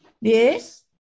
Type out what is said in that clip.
Yes